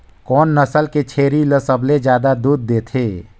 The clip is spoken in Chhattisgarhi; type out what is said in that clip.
कोन नस्ल के छेरी ल सबले ज्यादा दूध देथे?